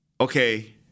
okay